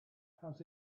has